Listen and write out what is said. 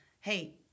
Hey